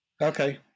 Okay